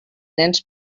nens